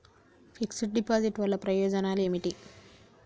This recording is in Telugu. ఫిక్స్ డ్ డిపాజిట్ వల్ల ప్రయోజనాలు ఏమిటి?